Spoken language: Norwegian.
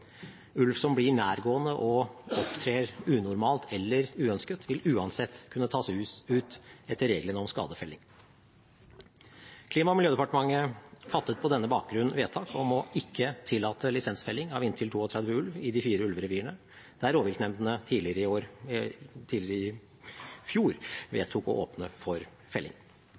Ulv som blir nærgående og opptrer unormalt eller uønsket, vil uansett kunne tas ut etter reglene om skadefelling. Klima- og miljødepartementet fattet på denne bakgrunn vedtak om ikke å tillate lisensfelling av inntil 32 ulv i de fire ulverevirene der rovviltnemndene tidligere i fjor vedtok å åpne for felling.